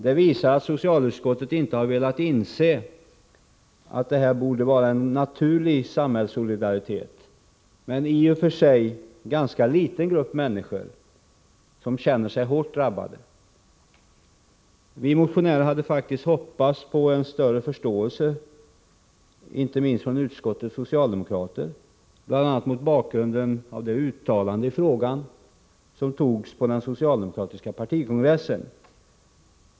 Det visar att socialutskottet inte har velat inse att detta borde vara en naturlig samhällssolidaritet med en i och för sig ganska liten grupp människor som känner sig hårt drabbad. Vi motionärer hade faktiskt hoppats på en större förståelse, inte minst från utskottets socialdemokrater, bl.a. mot bakgrund av det uttalande i frågan som togs på socialdemokratiska partikongressen.